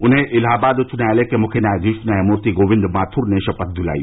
उन्हें इलाहाबाद उच्च न्यायालय के मुख्य न्यायाधीश न्यायमूर्ति गोविन्द माथुर ने शपथ दिलायी